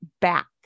back